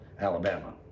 Alabama